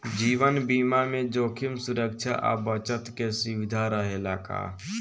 जीवन बीमा में जोखिम सुरक्षा आ बचत के सुविधा रहेला का?